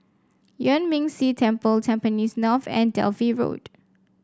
Yuan Ming Si Temple Tampines North and Dalvey Road